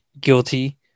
guilty